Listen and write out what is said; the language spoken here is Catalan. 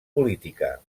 política